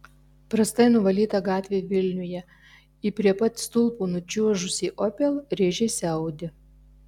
prastai nuvalyta gatvė vilniuje į prie pat stulpo nučiuožusį opel rėžėsi audi